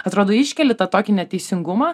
atrodo iškeli tą tokį neteisingumą